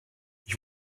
ich